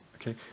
Okay